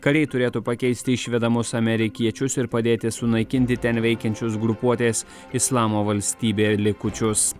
kariai turėtų pakeisti išvedamus amerikiečius ir padėti sunaikinti ten veikiančius grupuotės islamo valstybė likučius